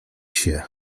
się